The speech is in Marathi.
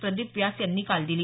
प्रदीप व्यास यांनी काल दिली